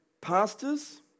pastors